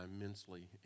immensely